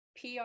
PR